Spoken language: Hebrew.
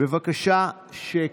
בבקשה שקט.